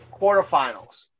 quarterfinals